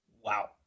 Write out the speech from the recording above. wow